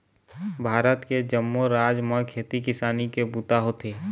भारत के जम्मो राज म खेती किसानी के बूता होथे